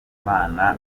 imana